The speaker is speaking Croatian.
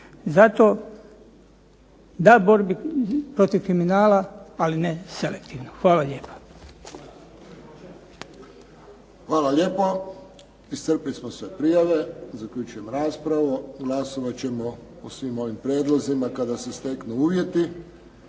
Zato da borbi protiv kriminala ali ne selektivno. Hvala lijepa. **Friščić, Josip (HSS)** Hvala lijepo. Iscrpili smo sve prijave. Zaključujem raspravu. Glasovat ćemo o svim ovim prijedlozima kada se steknu uvjeti.